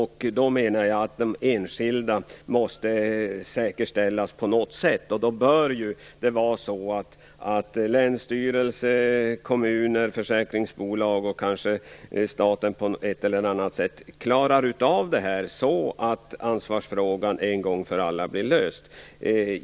Därför menar jag att de enskilda måste säkerställas på något sätt. Länsstyrelser, kommuner, försäkringsbolag och kanske staten bör på ett eller annat sätt se till att ansvarsfrågan blir löst en gång för alla.